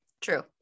true